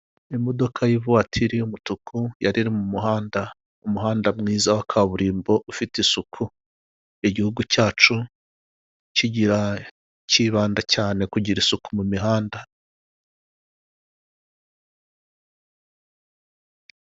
Imodoka y'ivatiri y'umutuku yariri mu muhanda. Umuhanda mwiza wa kaburimbo ufite isuku, igihugu cyacu kigira kibanda cyane kugira isuku mu mihanda.